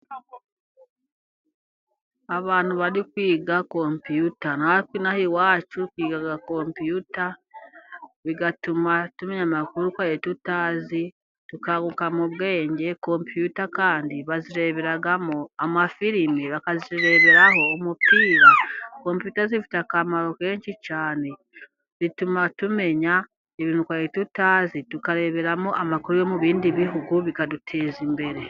Abantu bari kwiga kompiyuta natwe ino aha iwacu twiga kompiyuta bigatuma tumenya amakuru twari tutazi, tukaguka mu bwenge kompiyuta kandi bazireberamo amafilimi, bakazireberaho umupira , kompiyuta zifite akamaro kenshi cyane bituma tumenya ibintu twari tutazi ,tukareberamo amakuru yo mu bindi bihugu bikaduteza imbere.